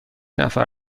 نفر